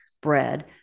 bread